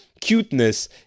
cuteness